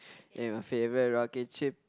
in my favourite rocket ship